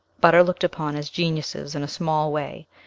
but are looked upon as geniuses in a small way,